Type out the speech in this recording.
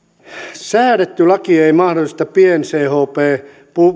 säädetty laki ei mahdollista pien chp